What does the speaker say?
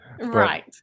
Right